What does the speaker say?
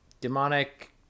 demonic